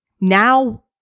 Now